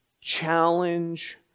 challenge